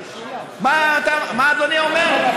מה אדוני אומר?